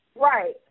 Right